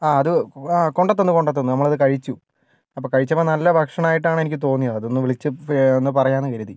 ആ അത് കൊണ്ടുത്തന്നു കൊണ്ടുത്തന്നു നമ്മളത് കഴിച്ചു അപ്പം കഴിച്ചപ്പോൾ നല്ല ഭക്ഷണമായിട്ടാണ് എനിക്ക് തോന്നിയത് അതൊന്ന് വിളിച്ച് ഒന്ന് പറയാം എന്ന് കരുതി